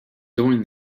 doing